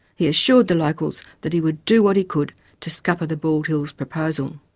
he assured the locals that he would do what he could to scupper the bald hills proposal.